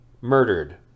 murdered